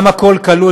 גם "הכול כלול",